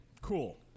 Cool